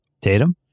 Tatum